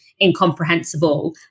incomprehensible